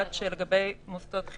הבקשה של הוועדה זה בבתי עסק במובן המסחרי,